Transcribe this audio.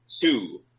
Two